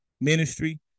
Ministry